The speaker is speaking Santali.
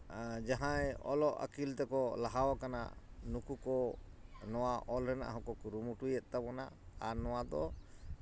ᱡᱟᱦᱸᱭ ᱚᱞᱚᱜ ᱟᱹᱠᱤᱞ ᱛᱮᱠᱚ ᱞᱟᱦᱟᱣ ᱠᱟᱱᱟ ᱱᱩᱠᱩ ᱠᱚ ᱱᱚᱣᱟ ᱚᱞ ᱨᱮᱭᱟᱜ ᱦᱚᱸᱠᱚ ᱠᱩᱨᱩᱢᱩᱴᱩᱭᱮᱫ ᱛᱟᱵᱚᱱᱟ ᱟᱨ ᱱᱚᱣᱟ ᱫᱚ